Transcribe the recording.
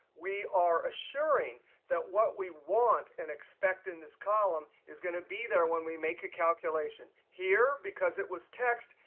we are assuring that what we want and expect in this column is going to be there when we make a calculation. here, because it was text,